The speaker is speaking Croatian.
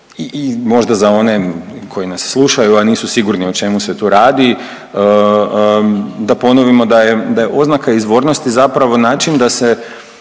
možda za one koji nas slušaju, a nisu sigurni o čemu se tu radi da ponovimo da je oznaka izvornosti zapravo način da se